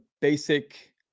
basic